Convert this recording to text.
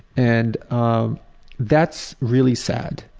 and um that's really sad.